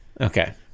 Okay